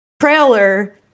trailer